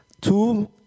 Two